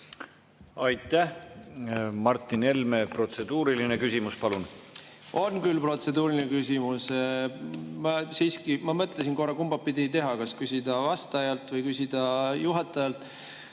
Aitäh! Martin Helme, protseduuriline küsimus, palun! On küll protseduuriline küsimus. Ma mõtlesin korra, kumbapidi teha, kas küsida vastajalt või küsida juhatajalt,